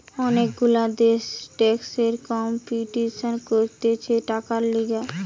অনেক গুলা দেশ ট্যাক্সের কম্পিটিশান করতিছে টাকার লিগে